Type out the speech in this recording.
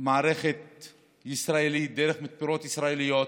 מערכת ישראלית, דרך מתפרות ישראליות.